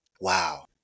wow